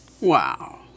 Wow